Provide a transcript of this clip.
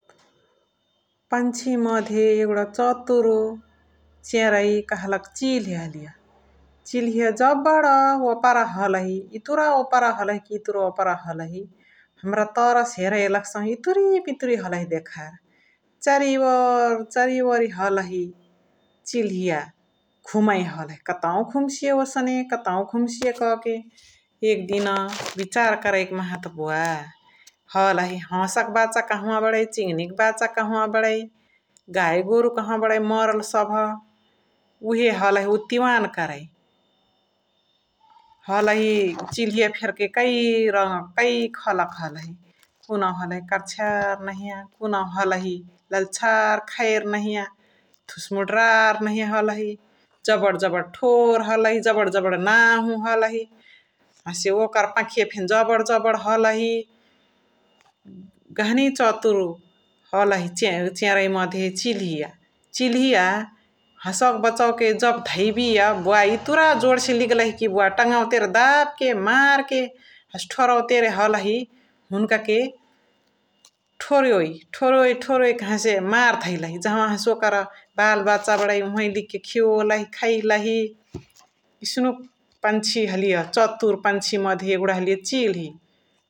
पन्छी मधे यगुडा चतुरु चेरै कह्लका चिल्हलिय । चिल्हलिय जबड ओपरा हलही एतुरा ओपरा हलही कि एतुरा उतुरा ओपरा हलही हमरा तर से हेरे लग्सहु कि इतुरी इतुरी हलही देखार चरी ओरि चरी हलही चिल्हलिय । कतौ घुम्सिय ओसने कतौ घुम्सिय क के एक दिना बिचार करै कि माहा बुवाअ हल्ही हसा का बाचा कहवा बरै, चिङनी क बाचा कहवा बरै, गाई गोरु कहवा बरै मरला सभ उहे हलही उतिवान करै । हलही चिल्हलिय फेर्के कै खलका हलही कुनुहु हलही कछ्यार नहिय, कुनुहु हलही लाल्छर खैर नहिया, धुस्मुरा नहिया हलही जबड जबड थोर हलहि, जबड जबड नाहु हलही । हसे ओकर पखिय फेनी जबड जबड हलही जहाँनी चतुरु हलही चेरैया मधे चिल्हलिय, चिल्हलिय हसवा के बछौ के जब धैबिय बुवाअ एतुरा जोड से लिग्लही बुवाअ तङवा तेरे दाब के, मार के हसे थोरौवा तेरे हलही हुनुका के थोरोइ । हसे थोरोइ थोरोइ हसे मार धर लही जहाँवा से हसे ओकरा बल बचा बरै ओहवही लिग के खियोलही खैलही एस्नुक पन्छी हलिय चतुर पछी मधे रहलिय चिल्ही ।